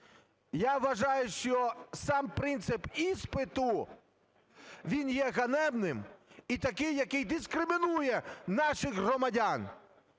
Я вважаю, що сам принцип іспиту, він є ганебним і такий, який дискримінує наших громадян.